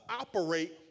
operate